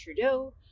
Trudeau